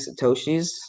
Satoshis